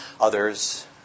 others